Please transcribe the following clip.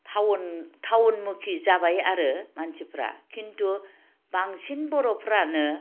town टाउनमुखि जाबाय आरो मानसिफोरा किन्तु बांसिन बर'फ्रानो